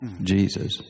Jesus